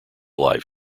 live